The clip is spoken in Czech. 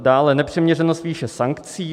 Dále nepřiměřenost výše sankcí.